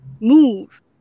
move